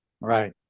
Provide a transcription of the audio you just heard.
right